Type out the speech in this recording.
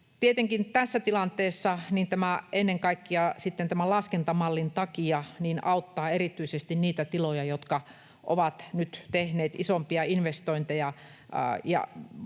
Tietenkin tässä tilanteessa tämä ennen kaikkea tämän laskentamallin takia auttaa erityisesti niitä tiloja, jotka ovat nyt tehneet isompia investointeja